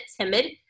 timid